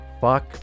Fuck